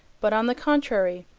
but, on the contrary,